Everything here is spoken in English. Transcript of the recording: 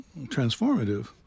transformative